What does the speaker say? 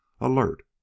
alert